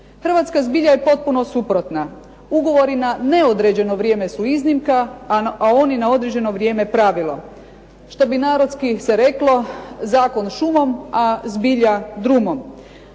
Hrvatska zbilja je potpuno suprotna. Ugovori na neodređeno vrijeme su iznimka, a oni na određeno vrijeme pravilo. Što bi narodski se reklo, zakon šumom, a zbilja drumom.